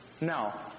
Now